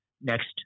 next